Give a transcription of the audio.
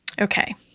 Okay